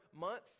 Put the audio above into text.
month